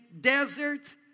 desert